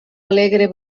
alegre